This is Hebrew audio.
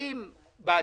40 בעתיד,